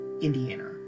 Indiana